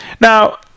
Now